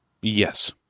Yes